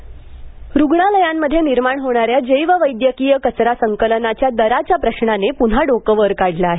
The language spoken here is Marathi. जैववैद्यकीय कचरा रुग्णालयांमध्ये निर्माण होणाऱ्या जैववैद्यकीय कचरा संकलनाच्या दराच्या प्रश्नाने पुन्हा डोकं वर काढलं आहे